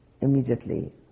immediately